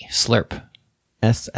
S-L-U-R-P